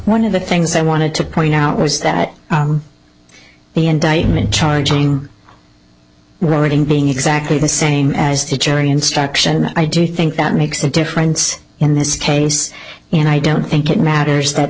one of the things i wanted to point out was that the indictment charging reading being exactly the same as the jury instruction i do think that makes a difference in this case and i don't think it matters that